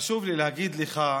חשוב לי להגיד לך: